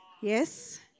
Yes